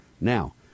Now